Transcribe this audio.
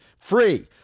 free